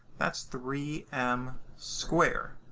that's three m squared.